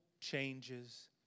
changes